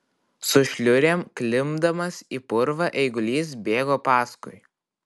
su šliurėm klimpdamas į purvą eigulys bėgo paskui